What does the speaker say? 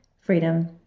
freedom